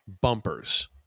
bumpers